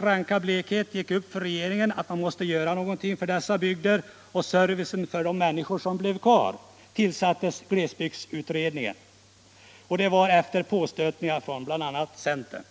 När det sedan gick upp för regeringen att man måste göra någonting för dessa bygder och för servicen till de människor som blivit kvar, så tillsattes glesbygdsutredningen — efter påstötningar från bl.a. centern.